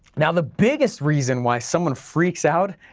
now the biggest reason why someone freaks out,